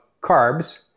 carbs